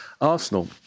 Arsenal